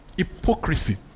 hypocrisy